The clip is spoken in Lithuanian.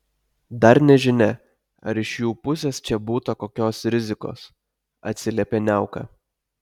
dar nežinia ar iš jų pusės čia būta kokios rizikos atsiliepė niauka